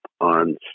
on